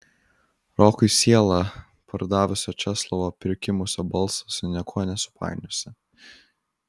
rokui sielą pardavusio česlovo prikimusio balso su niekuo nesupainiosi